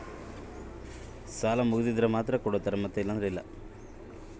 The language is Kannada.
ನನಗೆ ಮನೆ ಮೇಲೆ ಸಾಲ ಐತಿ ಮತ್ತೆ ಸಾಲ ತಗಬೋದ?